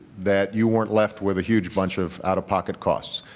that you weren't left with a huge bunch of out-of-pocket costs.